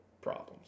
problems